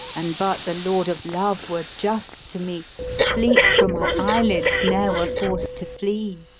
an but the lord of love were just to me, sleep fro' my eyelids ne'er were forced to flee.